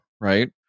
right